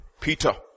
Peter